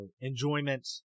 enjoyment